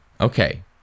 Okay